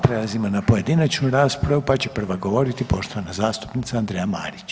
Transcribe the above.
Prelazimo na pojedinačnu raspravu pa će prva govoriti poštovana zastupnica Andreja Marić.